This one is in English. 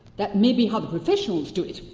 that may be how the professionals do it,